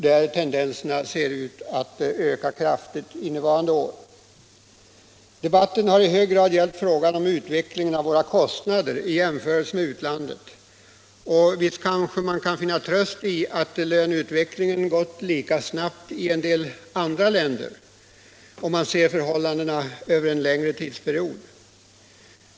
Denna tendens ser ut att öka kraftigt under innevarande år. Debatten har i hög grad gällt frågan om utvecklingen av våra kostnader i jämförelse med utlandet. Visst kanske man kan finna tröst i att löneutvecklingen gått lika snabbt även i en del andra länder, om man ser förhållandena över en längre tidsperiod.